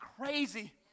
crazy